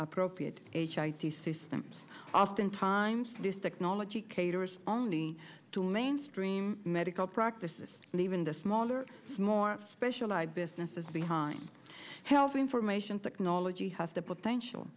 appropriate systems oftentimes this technology caters only to mainstream medical practices and even the smaller more specialized businesses behind health information technology has the potential